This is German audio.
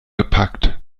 gepackt